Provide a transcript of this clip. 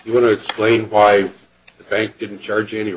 you want to explain why they didn't charge any